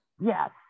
Yes